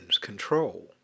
control